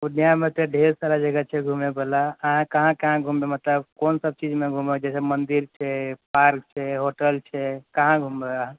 पूर्णियाँमे तऽ ढेर सारा जगह छै घुमयबला अहाँ कहाँ कहाँ घुमबै मतलब कोन सब चीजमे घूमब मतलब मन्दिर छै पार्क छै होटल छै कहाँ घुमबै अहाँ